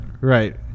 right